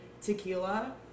tequila